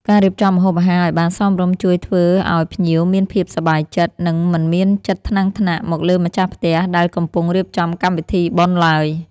ការរៀបចំម្ហូបអាហារឱ្យបានសមរម្យជួយធ្វើឱ្យភ្ញៀវមានភាពសប្បាយចិត្ត និង មិនមានចិត្តថ្នាំងថ្នាក់មកលើម្ចាស់ផ្ទះដែលកំពុងរៀបចំកម្មវិធីបុណ្យឡើយ។